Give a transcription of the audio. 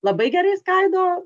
labai gerai skaido